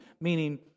meaning